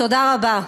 תודה רבה.